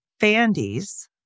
Fandies